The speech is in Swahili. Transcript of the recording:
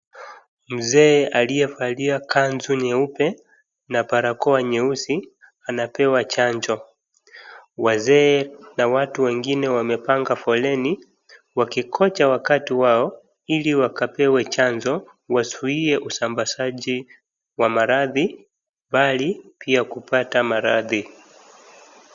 Mzee aliyevalia kanzu nyeupe na barakoa nyeusi anapewa chanjo. Wazee na watu wengine wamepanga foleni wakingoja wakati wao ili wakapawe chanjo wazuie usambaji wa maradhi bali pia kupata maradhi.